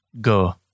go